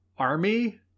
army